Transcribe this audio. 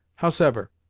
howsever,